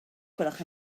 gwelwch